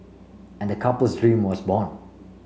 and the couple's dream was born